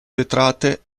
vetrate